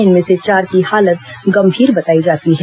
इनमें से चार की हालत गंभीर बताई जाती है